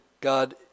God